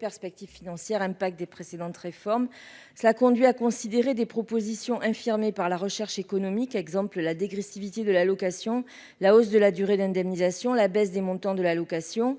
perspectives financières impact des précédentes réformes, cela conduit à considérer des propositions infirmée par la recherche économique, exemple la dégressivité de l'allocation, la hausse de la durée d'indemnisation, la baisse des montants de l'allocation